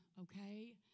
okay